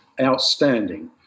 outstanding